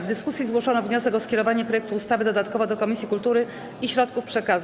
W dyskusji zgłoszono wniosek o skierowanie projektu ustawy dodatkowo do Komisji Kultury i Środków Przekazu.